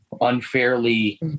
unfairly